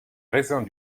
raisins